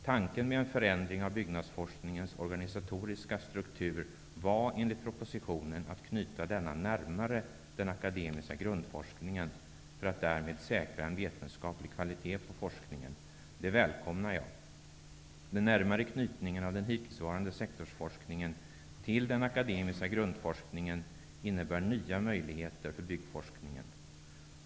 Tanken med en förändring av byggnadsforskningens organisatoriska struktur var, enligt propositionen, att knyta denna närmare den akademiska grundforskningen för att därmed säkra en vetenskaplig kvalitet på forskningen. Det välkomnar jag. Den närmare knytningen av den hittillsvarande sektorsforskningen till den akademiska grundforskningen innebär nya möjligheter för byggforskningen.